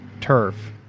Turf